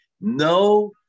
No